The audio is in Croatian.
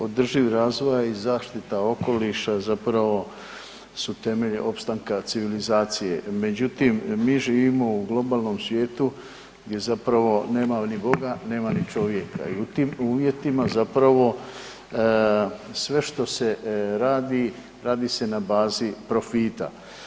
Održivi razvoj i zaštita okoliša zapravo su temelj opstanka civilizacije, međutim mi živimo u globalnom svijetu gdje zapravo nema ni Boga nema ni čovjeka i u tim uvjetima sve što se radi, radi se na bazi profita.